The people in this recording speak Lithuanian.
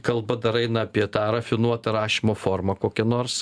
kalba dar eina apie tą rafinuotą rašymo formą kokią nors